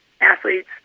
athletes